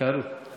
תישארו בזה.